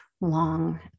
long